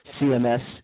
CMS